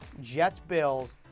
Jets-Bills